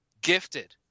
gifted